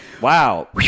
Wow